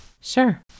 Sure